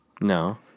No